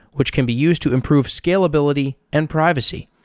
which can be used to improve scalability and privacy.